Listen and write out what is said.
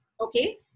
Okay